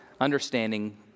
understanding